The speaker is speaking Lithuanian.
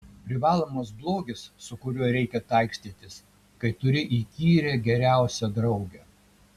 privalomas blogis su kuriuo reikia taikstytis kai turi įkyrią geriausią draugę